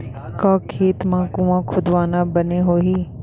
का खेत मा कुंआ खोदवाना बने होही?